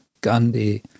Gandhi